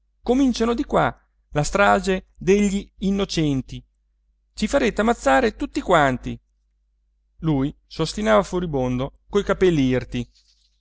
cominciano di qua la strage degli innocenti ci farete ammazzare tutti quanti lui s'ostinava furibondo coi capelli irti